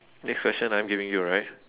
next question I'm giving you right